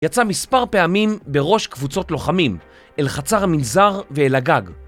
יצא מספר פעמים בראש קבוצות לוחמים, אל חצר המנזר ואל הגג.